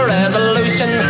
resolution